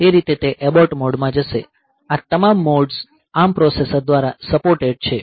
તે રીતે તે અબોર્ટ મોડમાં જશે આ તમામ મોડ્સ ARM પ્રોસેસર દ્વારા સપોર્ટેડ છે